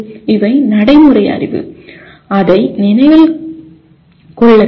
இவை நடைமுறை அறிவு அதை நினைவில் கொள்ள வேண்டும்